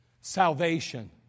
salvation